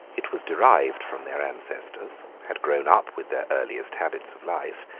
it was derived from their ancestors, had grown up with their earliest habits of life,